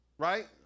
Right